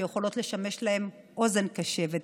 שיכולות לשמש להן אוזן קשבת,